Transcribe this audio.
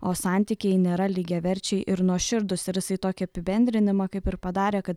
o santykiai nėra lygiaverčiai ir nuoširdūs ir jisai tokį apibendrinimą kaip ir padarė kad